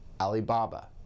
Alibaba